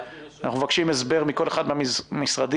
אנחנו מבקשים הסבר מכל אחד מן המשרדים,